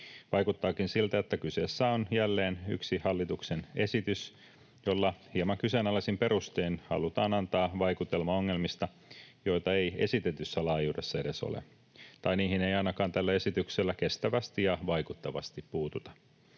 Vaikuttaakin siltä, että kyseessä on jälleen yksi hallituksen esitys, jolla hieman kyseenalaisin perustein halutaan antaa vaikutelma ongelmista, joita ei esitetyssä laajuudessa edes ole tai joihin ei ainakaan tällä esityksellä kestävästi ja vaikuttavasti puututa.